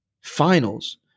finals